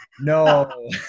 no